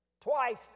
Twice